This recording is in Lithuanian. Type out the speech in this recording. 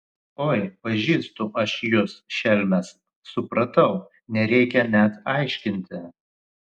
oi pažįstu aš jus šelmes supratau nereikia net aiškinti